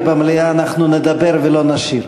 ובמליאה אנחנו נדבר ולא נשיר.